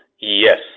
Yes